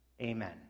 Amen